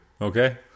okay